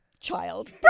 child